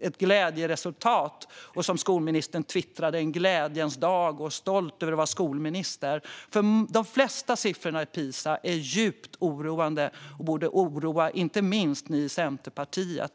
ett glädjeresultat. Skolministern twittrade om en glädjens dag och om att hon var stolt över att vara skolminister. Men de flesta siffror i PISA är djupt oroande och borde oroa inte minst er i Centerpartiet.